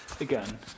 Again